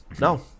No